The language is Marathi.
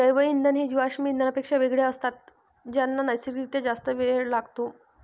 जैवइंधन हे जीवाश्म इंधनांपेक्षा वेगळे असतात ज्यांना नैसर्गिक रित्या जास्त वेळ लागतो